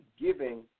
giving